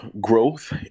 Growth